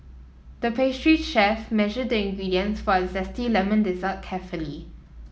the pastry chef measured the ingredients for a zesty lemon dessert carefully